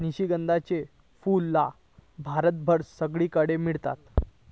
निशिगंधाची फुला भारतभर सगळीकडे मेळतत